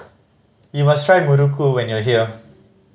you must try muruku when you are here